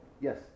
yes